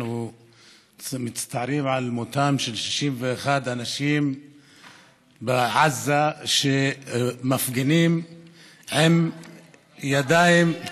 אנחנו מצטערים על מותם של 61 אנשים בעזה שמפגינים בידיים ריקות,